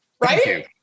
Right